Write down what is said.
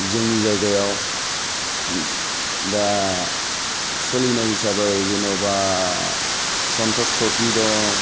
जोंनि जायगायाव दा सोलिनाय हिसाबै जेन'बा सन्टस ट्रफि दं